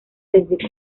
desde